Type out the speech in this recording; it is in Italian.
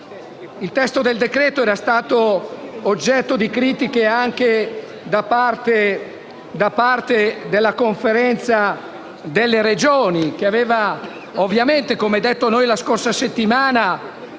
Il testo del decreto-legge era stato oggetto di critiche anche da parte della Conferenza delle Regioni, che ovviamente - come detto anche da noi la scorsa settimana